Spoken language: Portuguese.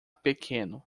pequeno